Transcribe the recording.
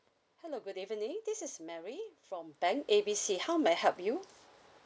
hello good evening this is mary from bank A B C how may I help you